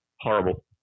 Horrible